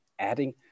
adding